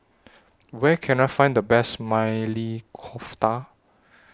Where Can I Find The Best Maili Kofta